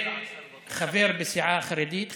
חבר בסיעה החרדית,